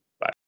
Bye